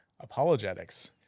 apologetics